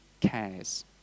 cares